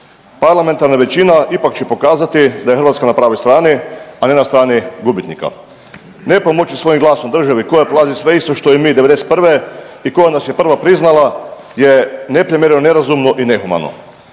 Parlamentarna većina ipak će pokazati da je Hrvatska na pravoj strani, a ne na strani gubitnika. Ne pomoći svojim glasom državi koja prolazi sve isto što i mi '91. i koja nas je prva priznala je neprimjereno, nerazumno i nehumano.